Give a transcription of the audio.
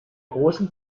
großen